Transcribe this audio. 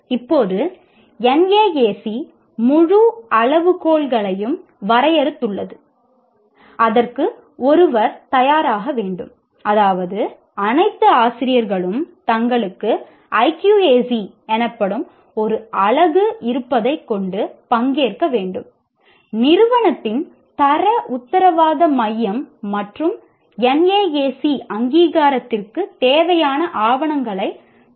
இப்போது NAAC முழு அளவுகோல்களையும் வரையறுத்துள்ளது அதற்கு ஒருவர் தயாராக வேண்டும் அதாவது அனைத்து ஆசிரியர்களும் தங்களுக்கு IQAC எனப்படும் ஒரு அலகு இருப்பதைக் கொண்டு பங்கேற்க வேண்டும் நிறுவனத்தின் தர உத்தரவாத மையம் மற்றும் NAAC அங்கீகாரத்திற்குத் தேவையான ஆவணங்களைத் தயாரிக்க அதனுடன் பணியாற்ற வேண்டும்